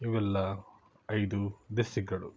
ಇವೆಲ್ಲ ಐದು ಡಿಸ್ಟ್ರಿಕ್ಗಳು